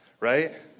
right